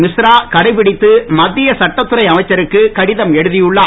மிஸ்ரா கடைப்பிடித்து மத்திய சட்டத்துறை அமைச்சருக்கு கடிதம் எழுதியுள்ளார்